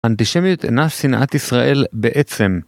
אנטישמיות אינה שנאת ישראל בעצם.